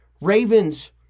Ravens